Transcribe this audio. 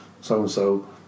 so-and-so